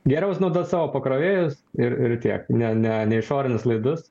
geriau visada naudot savo pakrovėjus ir ir tiek ne ne išorinis laidus